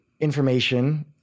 information